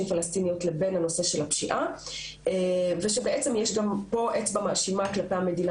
פלשתינאיות לבין הנושא של הפשיעה ושיש גם פה אצבע מאשימה כלפי המדינה